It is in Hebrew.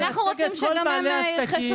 אנחנו רוצים שגם הם ירכשו אצלך.